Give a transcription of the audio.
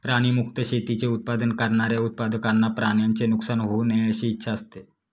प्राणी मुक्त शेतीचे उत्पादन करणाऱ्या उत्पादकांना प्राण्यांचे नुकसान होऊ नये अशी इच्छा असते